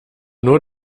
nur